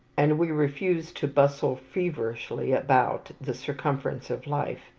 and we refuse to bustle feverishly about the circumference of life,